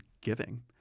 giving